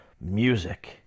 music